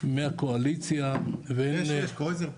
מהקואליציה --- יש, קרויזר פה.